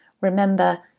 Remember